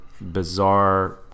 bizarre